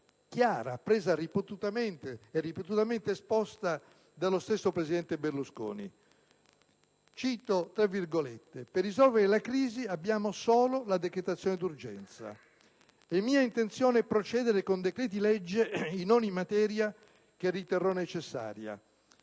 chiara, e ripetutamente esposta dallo stesso presidente Berlusconi. Cito: «Per risolvere la crisi abbiamo solo la decretazione d'urgenza». "È mia intenzione procedere con decreti-legge in ogni materia che riterrò necessaria".